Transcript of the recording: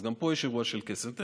גם פה יש אירוע של כסף.